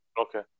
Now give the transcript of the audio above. Okay